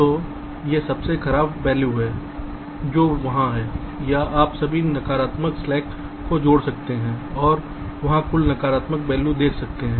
तो यह सबसे खराब वैल्यू है जो वहां है या आप सभी नकारात्मक स्लैक्स को जोड़ सकते हैं और वहां कुल नकारात्मक वैल्यू देख सकते हैं